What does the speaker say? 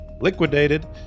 liquidated